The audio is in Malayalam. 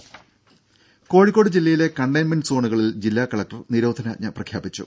ദേദ കോഴിക്കോട് ജില്ലയിലെ കൺടെയ്ൻമെന്റ് സോണുകളിൽ ജില്ലാ കലക്ടർ നിരോധനാജ്ഞ പ്രഖ്യാപിച്ചു